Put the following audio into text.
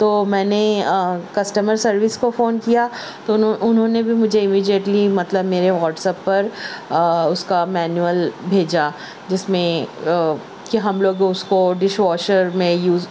تو میں نے کسٹمر سروس کو فون کیا تو انہوں انہوں نے بھی مجھے امیجیٹلی مطلب میرے واٹسیپ پر اس کا مینیول بھیجا جس میں کہ ہم لوگ اس کو ڈش واشر میں یوز